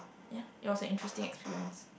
ya it was a interesting experience